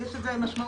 יש לזה משמעות?